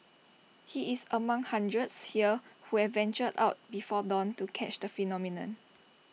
he is among hundreds here who have ventured out before dawn to catch the phenomenon